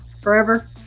forever